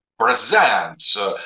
presents